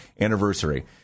anniversary